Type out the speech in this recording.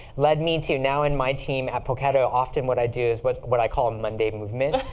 led me to now, in my team at poketo, often what i do is what what i call a monday movement.